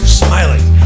smiling